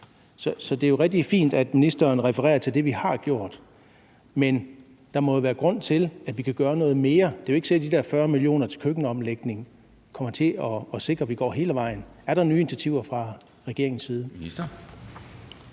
Så det er rigtig fint, at ministeren refererer til det, vi har gjort, men der må jo være grund til, at vi kan gøre noget mere. Det er jo ikke sikkert, at de der 40 mio. kr. til køkkenomlægning kommer til at sikre, at vi går hele vejen. Er der nye initiativer fra regeringens side?